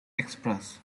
express